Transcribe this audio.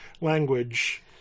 language